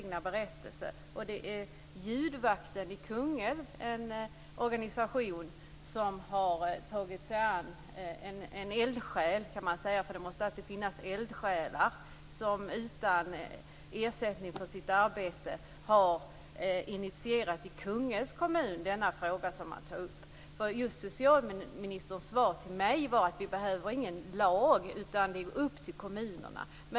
Det är Ljudvakten i Kungälv - en organisation - som har tagit sig an detta. Det måste alltid finnas eldsjälar. Organisationen har utan ersättning för sitt arbete i Kungälvs kommun initierat denna fråga. Socialministerns svar till mig var att vi inte behöver någon lag, utan det är upp till kommunerna att ta tag i frågan.